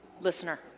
listener